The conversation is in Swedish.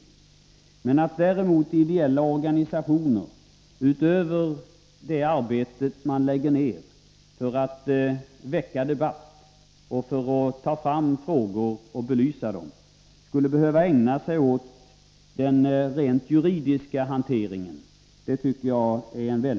Jag tycker emellertid att det är en väldig skillnad att säga att ideella organisationer, utöver det arbete som läggs ned för att väcka debatt och för att ta upp frågor till belysning, också skulle behöva ägna sig åt den rent juridiska hanteringen.